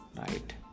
Right